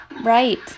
Right